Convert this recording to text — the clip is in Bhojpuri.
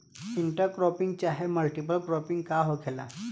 इंटर क्रोपिंग चाहे मल्टीपल क्रोपिंग का होखेला?